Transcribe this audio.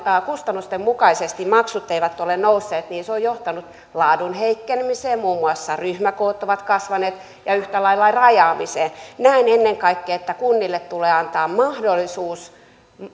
kustannusten mukaisesti maksut eivät ole nousseet se on johtanut laadun heikkenemiseen muun muassa ryhmäkoot ovat kasvaneet ja yhtä lailla rajaamiseen näen ennen kaikkea että kunnille tulee antaa mahdollisuus